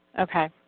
Okay